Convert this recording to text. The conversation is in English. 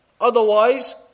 Otherwise